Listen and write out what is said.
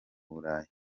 burayi